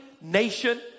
nation